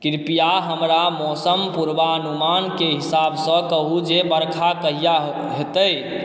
कृपया हमरा मौसम पूर्वानुमानके हिसाबसँ कहू जे बरखा कहिआ हेतै